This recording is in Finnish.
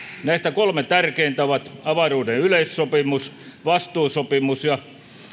näistä kolme tärkeintä ovat avaruuden yleissopimus vastuusopimus ja